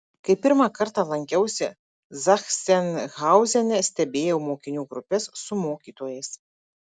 kai pirmą kartą lankiausi zachsenhauzene stebėjau mokinių grupes su mokytojais